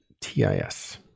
TIS